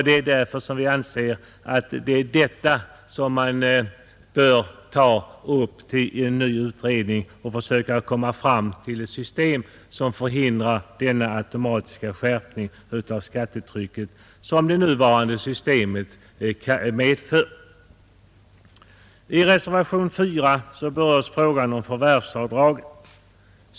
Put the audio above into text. Det är också dessa frågor som vi ansett bör tas upp till ny utredning i syfte att söka komma fram till ett system som förhindrar den automatiska skärpning av skattetrycket som det nuvarande systemet medför. I reservation 4 berörs frågan om förvärvsavdraget.